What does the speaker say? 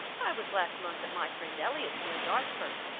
i was last month at my friend elliott's, near dartford.